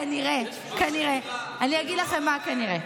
כנראה, כנראה, אני אגיד לכם מה כנראה,